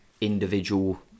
individual